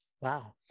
wow